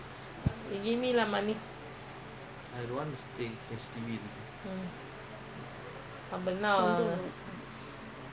maintenance must orh mm